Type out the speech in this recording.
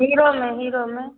hero में hero में